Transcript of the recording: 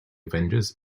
avengers